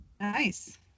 nice